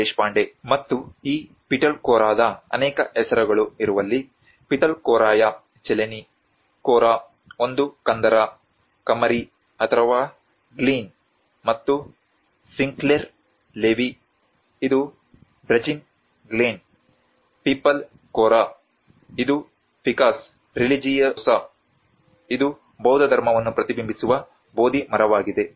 ದೇಶಪಾಂಡೆ ಮತ್ತು ಈ ಪಿಟಲ್ಖೋರಾದ ಅನೇಕ ಹೆಸರುಗಳು ಇರುವಲ್ಲಿ ಪಿಥಾಲ್ಖೋರಾಯ ಚಿಲೆನಿ ಖೋರಾ ಒಂದು ಕಂದರ ಕಮರಿ ಅಥವಾ ಗ್ಲೀನ್ ಮತ್ತು ಸಿಂಕ್ಲೇರ್ ಲೆವಿ ಇದು ಬ್ರಜಿನ್ ಗ್ಲೀನ್ ಪಿಪಾಲ್ ಖೋರಾ ಇದು ಫಿಕಸ್ ರಿಲಿಜಿಯೋಸಾ ಇದು ಬೌದ್ಧ ಧರ್ಮವನ್ನು ಪ್ರತಿಬಿಂಬಿಸುವ ಬೋಧಿ ಮರವಾಗಿದೆ